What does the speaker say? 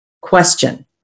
question